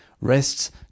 rests